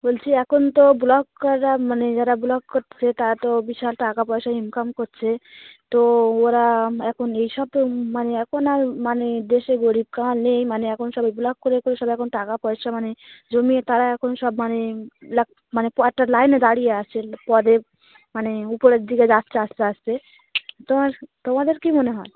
বলছি এখন তো ব্লগ করা মানে যারা ব্লগ করছে তারা তো বিশাল টাকা পয়সা ইনকাম করছে তো ওরা এখন এইসব তো মানে এখন আর মানে দেশে গরীব তো আর নেই মানে এখন সব ওই ব্লগ করে করে সব এখন টাকা পয়সা মানে জমিয়ে তারা এখন সব মানে মানে একটা লাইনে দাঁড়িয়ে আছে পদে মানে উপরের দিকে যাচ্ছে আস্তে আস্তে তোমার তোমাদের কী মনে হয়